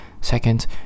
Second